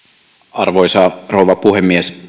arvoisa rouva puhemies